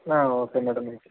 okay madam అయితే